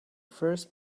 first